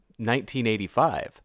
1985